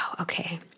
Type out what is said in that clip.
okay